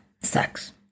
sex